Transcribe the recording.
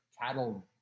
Cattle